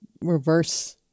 reverse